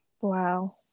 Wow